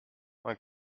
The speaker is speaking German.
man